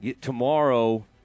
tomorrow